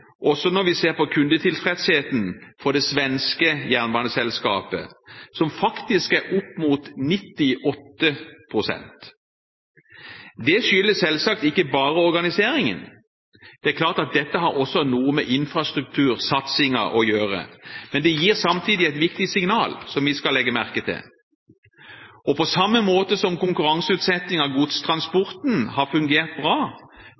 også når vi ser på kundetilfredsheten med det svenske jernbaneselskapet, som faktisk er opp mot 98 pst. Det skyldes selvsagt ikke bare organiseringen. Det er klart at dette også har noe med infrastruktursatsingen å gjøre. Men det gir samtidig et viktig signal som vi skal legge merke til. Og på samme måte som konkurranseutsetting av godstransporten har fungert bra,